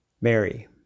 Mary